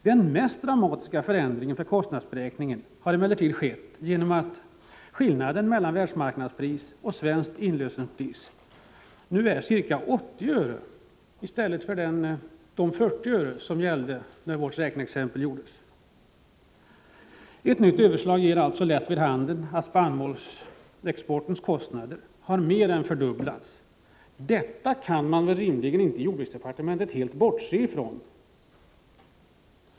Den mest dramatiska förändringen när det gäller kostnadsberäkningen är emellertid att skillnaden mellan världsmarknadspris och svenskt inlösenpris nu är ca 80 öre i stället för de 40 öre som gällde när vår beräkning gjordes. Ett nytt överslag ger alltså vid handen att kostnaderna för spannmålsexporten har mer än fördubblats. Detta kan man väl i jordbruksdepartementet rimligen inte helt bortse ifrån?